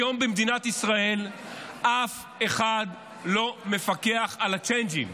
היום במדינת ישראל אף אחד לא מפקח על הצ'יינג'ים.